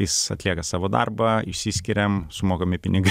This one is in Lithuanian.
jis atlieka savo darbą išsiskiriam sumokami pinigai